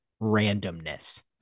randomness